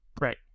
Right